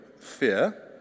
fear